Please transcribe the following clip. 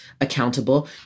accountable